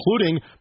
including